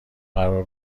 قرار